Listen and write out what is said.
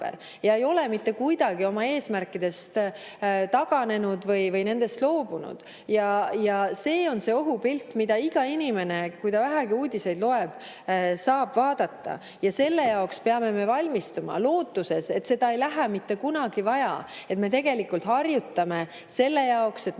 ja ei ole mitte kuidagi oma eesmärkidest taganenud või nendest loobunud. See on see ohupilt, mida iga inimene, kui ta vähegi uudiseid loeb, saab vaadata. Ja selle jaoks me peame valmistuma, lootuses, et seda mitte kunagi ei lähe vaja. Me harjutame selle jaoks, et me